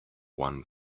one